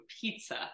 pizza